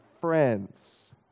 friends